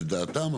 דעתם.